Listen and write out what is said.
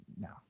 no